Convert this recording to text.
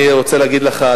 אני רוצה להגיד לך,